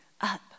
up